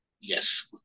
yes